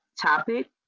topic